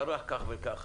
קרה כך וכך.